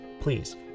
please